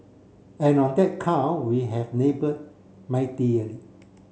and on that count we have laboured